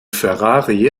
ferrari